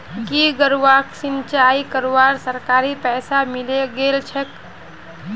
की गौरवक सिंचाई करवार सरकारी पैसा मिले गेल छेक